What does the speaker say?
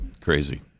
Crazy